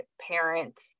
parent